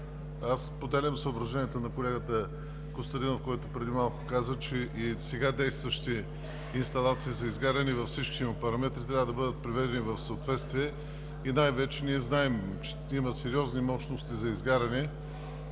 Споделям съображението на колегата Костадинов, който преди малко каза, че и сега действащите инсталации за изгаряне – всичките им параметри, трябва да бъдат приведени в съответствие. Ние знаем, че има сериозни мощности за изгаряне,